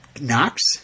Knox